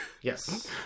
Yes